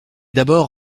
d’abord